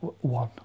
One